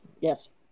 yes